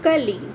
ಕಲಿ